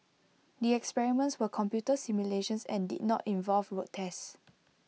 the experiments were computer simulations and did not involve road tests